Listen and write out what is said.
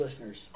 listeners